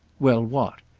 well, what?